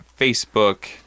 Facebook